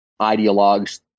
ideologues